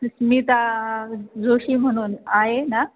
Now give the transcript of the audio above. स्मिता जोशी म्हणून आहे ना